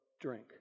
drink